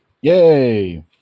Yay